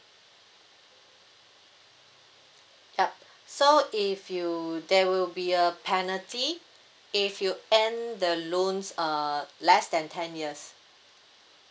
yup so if you there will be a penalty if you end the loans uh less than ten years